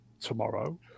tomorrow